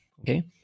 okay